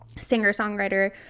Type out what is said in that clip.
singer-songwriter